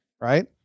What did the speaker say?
right